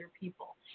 people